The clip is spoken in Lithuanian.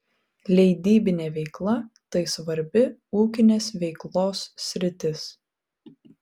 leidybinė veikla tai svarbi ūkinės veiklos sritis